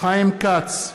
חיים כץ,